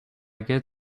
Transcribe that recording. get